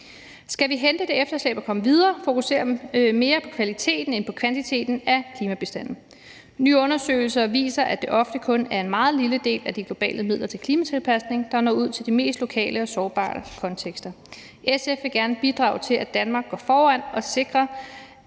Skal vi hente det efterslæb og komme videre og fokusere mere på kvaliteten end på kvantiteten af klimabistanden? Nye undersøgelser viser, at det i det offentlige kun er en meget lille del af de globale midler til klimatilpasning, der når ud til de mest lokale og sårbare kontekster. SF vil gerne bidrage til, at Danmark går foran og viser,